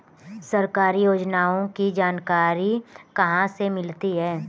सरकारी योजनाओं की जानकारी कहाँ से मिलती है?